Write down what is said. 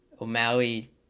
O'Malley